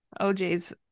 OJ's